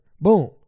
Boom